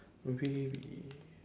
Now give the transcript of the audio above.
maybe we